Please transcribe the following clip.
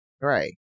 Right